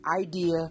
idea